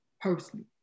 personally